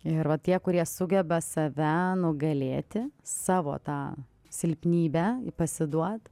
ir va tie kurie sugeba save nugalėti savo tą silpnybę pasiduot